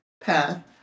path